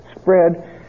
spread